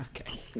Okay